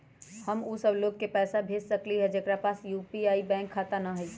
हम उ सब लोग के पैसा भेज सकली ह जेकरा पास यू.पी.आई बैंक खाता न हई?